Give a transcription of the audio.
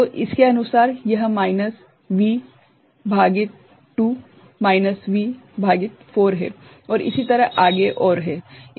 तो इसके अनुसार यह माइनस V भागित2 माइनस V भागित 4 और इसी तरह आगे और है